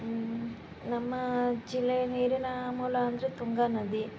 ನಮ್ಮ ಜಿಲ್ಲೆ ನೀರಿನ ಮೂಲ ಅಂದರೆ ತುಂಗಾ ನದಿ